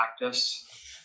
practice